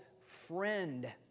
friend